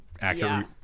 accurate